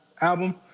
album